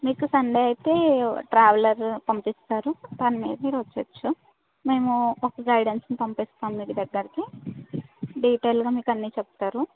మీకు సండే అయితే ట్రావెలర్ పంపిస్తారు మేము ఒక గైడెన్స్ని పంపిస్తాము మీకు దగ్గరికి డీటైయిల్గా మీకు అన్ని చెప్తారు